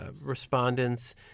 respondents